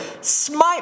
smite